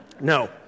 No